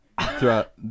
throughout